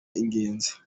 n’ingenzi